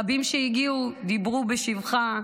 רבים שהגיעו דיברו בשבחה,